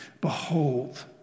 Behold